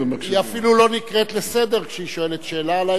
היא אפילו לא נקראת לסדר כשהיא שואלת שאלה לעניין,